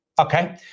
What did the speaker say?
okay